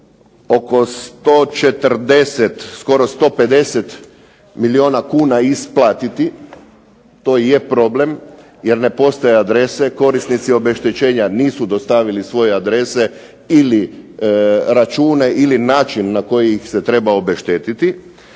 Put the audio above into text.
oko 140 skoro 150 milijuna kuna isplatiti, to je problem, jer ne postoje adrese, korisnici obeštećenja nisu dostavili svoje adrese ili račune ili način na koji ih se treba obeštetiti